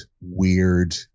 weird